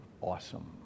awesome